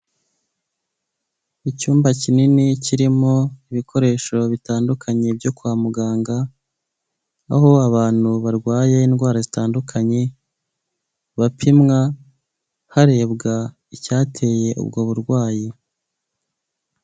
Icyumba kinini kirimo ibikoresho bitandukanye byo kwa muganga, aho abantu barwaye indwara zitandukanye bapimwa harebwa icyateye ubwo burwayi.